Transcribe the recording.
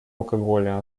алкоголя